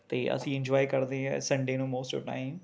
ਅਤੇ ਅਸੀਂ ਇੰਜੋਏ ਕਰਦੇ ਹੈ ਸੰਡੇ ਨੂੰ ਮੋਸਟ ਓਫ ਟਾਈਮ